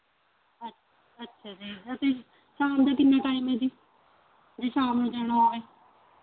ਅੱ ਅੱਛਾ ਜੀ ਅਸੀਂ ਸ਼ਾਮ ਦਾ ਕਿੰਨਾ ਟਾਈਮ ਹੈ ਜੀ ਜੇ ਸ਼ਾਮ ਨੂੰ ਜਾਣਾ ਹੋਵੇ